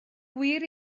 gwir